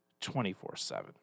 24-7